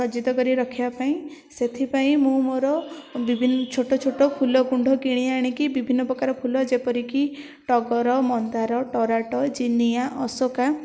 ସଜ୍ଜିତ କରିକି ରଖିବା ପାଇଁ ସେଥିପାଇଁ ମୁଁ ମୋର ବିଭିନ୍ ଛୋଟ ଛୋଟ ଫୁଲକୁଣ୍ଡ କିଣି ଆଣିକି ବିଭିନ୍ନ ପ୍ରକାର ଫୁଲ ଯେପରିକି ଟଗର ମନ୍ଦାର ତରାଟ ଜିନିଆ ଅଶୋକା